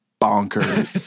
bonkers